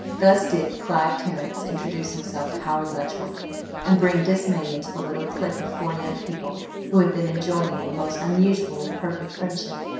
thus did clive terrence introduce himself to howard letchworth and bring dismay into the little clique of four young people who had been enjoying a most unusually perfect friendship.